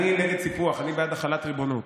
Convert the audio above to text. אני נגד סיפוח, אני בעד החלת ריבונות.